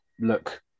look